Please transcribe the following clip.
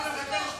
למה אתה הולך,